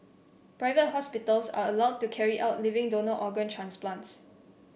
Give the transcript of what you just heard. private hospitals are allowed to carry out living donor organ transplants